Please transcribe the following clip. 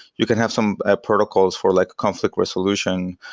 you can have some protocols for like conflict resolution,